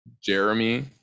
Jeremy